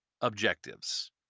objectives